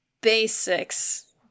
basics